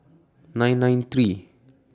nine nine three